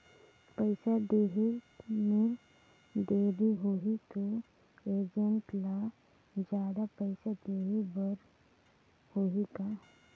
पइसा देहे मे देरी होही तो एजेंट ला जादा पइसा देही बर होही का?